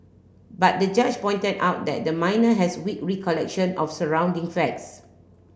but the judge pointed out that the minor has weak recollection of surrounding facts